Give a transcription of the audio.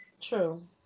True